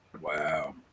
Wow